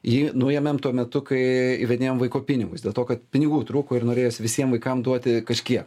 jį nuėmėm tuo metu kai įvedinėjom vaiko pinigus dėl to kad pinigų trūko ir norėjos visiem vaikam duoti kažkiek